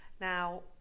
Now